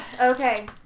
okay